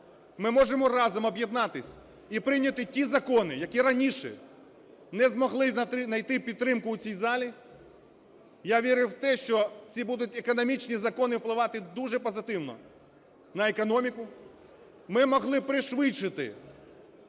Ми можемо разом об'єднатися і прийняти ті закони, які раніше не змогли знайти підтримку в цій залі. Я вірю в те, що ці будуть економічні закони впливати дуже позитивно на економіку. Ми могли пришвидшити